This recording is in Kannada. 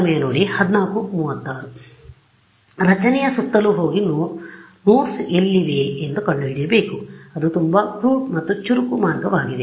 ಆದ್ದರಿಂದ ರಚನೆಯ ಸುತ್ತಲೂ ಹೋಗಿ ನೋಡ್ಗಳು ಎಲ್ಲಿವೆ ಎಂದು ಕಂಡುಹಿಡಿಯಬೇಕು ಅದು ತುಂಬಾ ಕ್ರೂಡ್ ಮತ್ತು ಚುರುಕು ಮಾರ್ಗವಿದೆ